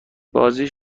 بازی